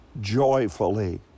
joyfully